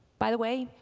by the way,